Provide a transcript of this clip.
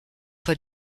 pas